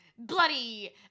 Bloody